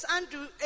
Andrew